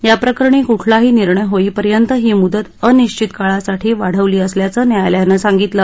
या प्रकरणी कुठलाही निर्णय होईपर्यंत ही मुदत अनिश्वित काळासाठी वाढवली असल्याचं न्यायालयानं सांगितलं